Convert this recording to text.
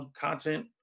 content